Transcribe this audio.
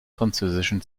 französischen